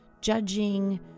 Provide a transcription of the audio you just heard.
judging